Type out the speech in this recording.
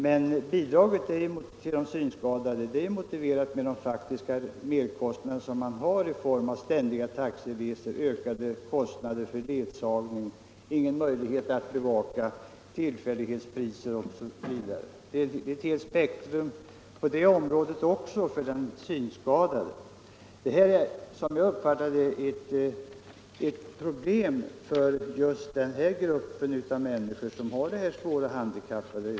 Men det skattefria bidraget till de synskadade motiveras av de ständiga merkostnader dessa har för taxiresor, utgifter för ledsagning, oförmåga att bevaka tillfällighetspriser osv. Det finns också ett helt spektrum av sådana svårigheter för den synskadade. Jag uppfattar den aktuella frågan som ett problem för den grupp av människor som har detta svåra handikapp.